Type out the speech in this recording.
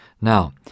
Now